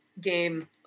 game